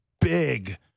big